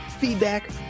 feedback